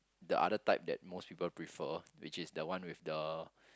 the other type that most people prefer which is the one with the